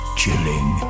chilling